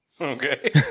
Okay